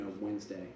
Wednesday